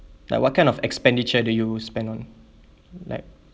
like what kind of expenditure do you spend on like